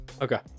Okay